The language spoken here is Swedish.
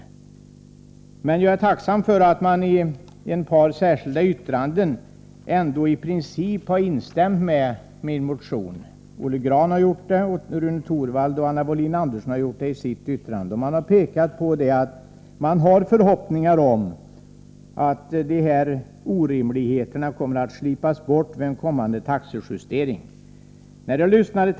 Jag är emellertid tacksam för att man i ett par särskilda yttranden ändå i princip har instämt i min motion. Olle Grahn har gjort det i sitt särskilda yttrande, och Rune Torwald och Anna Wohlin-Andersson har gjort det i sitt. Man har förhoppningar om att orimligheterna kommer att slipas bort vid en kommande taxejustering.